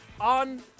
on